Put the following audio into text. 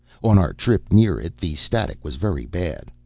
on our trip near it the static was very bad.